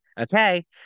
Okay